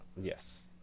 Yes